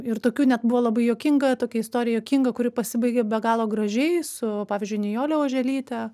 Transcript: ir tokių net buvo labai juokinga tokia istorija juokinga kuri pasibaigė be galo gražiai su pavyzdžiui nijole oželyte